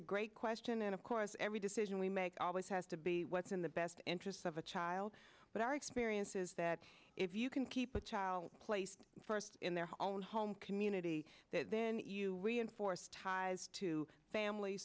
a great question and of course every decision we make always has to be what's in the best interests of a child but our experience is that if you can keep a child placed first in their own home community then you reinforce ties to family